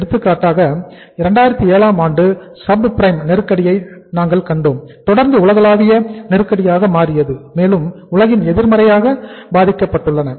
எடுத்துக்காட்டாக 2007 ஆம் ஆண்டு சப் பிரைம் நெருக்கடியை நாங்கள் கண்டோம் தொடர்ந்து உலகலாவிய நெருக்கடியாக மாறியது மேலும் உலகின் எதிர்மறையாக பாதிக்கப்பட்டுள்ளன